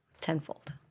tenfold